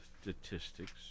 statistics